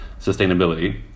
sustainability